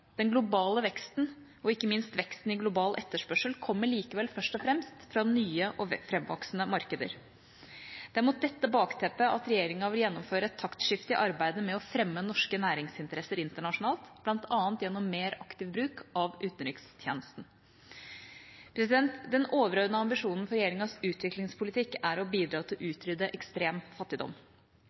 Den globale veksten og ikke minst veksten i global etterspørsel kommer likevel først og fremst fra nye og framvoksende markeder. Det er mot dette bakteppet at regjeringa vil gjennomføre et taktskifte i arbeidet med å fremme norske næringsinteresser internasjonalt, bl.a. gjennom mer aktiv bruk av utenrikstjenesten. Den overordnede ambisjonen for regjeringas utviklingspolitikk er å bidra til å utrydde ekstrem fattigdom.